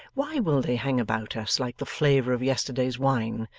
why will they hang about us, like the flavour of yesterday's wine,